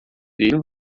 değil